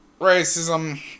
racism